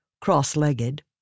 cross-legged